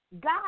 God